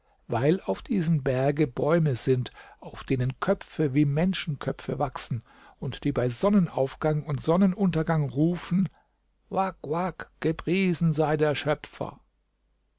weil auf diesem berge bäume sind auf denen köpfe wie menschenköpfe wachsen und die bei sonnenaufgang und sonnenuntergang rufen wak wak gepriesen sei der schöpfer